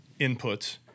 inputs